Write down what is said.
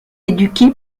éduqué